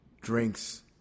drinks